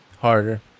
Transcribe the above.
Harder